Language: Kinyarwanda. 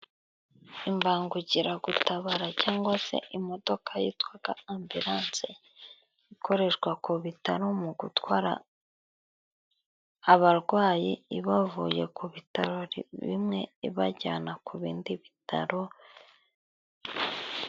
Imbangukiragutabara cyangwa se imodoka yitwaga ambulanse, ikoreshwa ku bitaro mu gutwara abarwayi ibavuye ku bitaro bimwe ibajyana ku bindi bitaro.